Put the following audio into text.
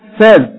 says